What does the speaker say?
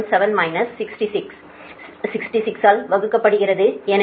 9877 minus 66 66 ஆல் வகுக்கப்படுகிறது எனவே 25